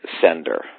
sender